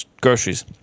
groceries